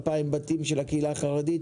2,000 בתים של הקהילה החרדית,